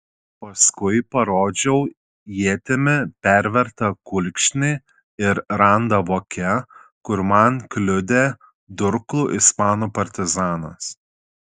paskui parodžiau ietimi pervertą kulkšnį ir randą voke kur man kliudė durklu ispanų partizanas